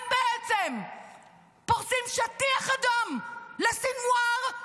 הם בעצם פורשים שטיח אדום לסנוואר,